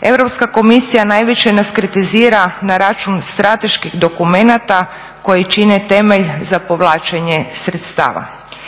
Europska komisija najviše nas kritizira na račun strateških dokumenta koji čine temelj za povlačenje sredstava.